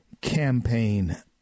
campaign